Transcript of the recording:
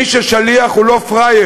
מי ששליח הוא לא פראייר,